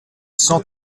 cent